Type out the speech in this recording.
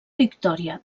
victòria